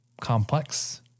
Complex